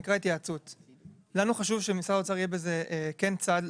לנו חשוב שמשרד האוצר כן יהיה בזה צד.